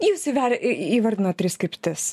jūs įver į įvardinot tris kryptis